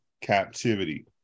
captivity